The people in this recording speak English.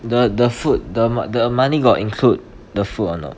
the the food the mo~ the money got include the food or not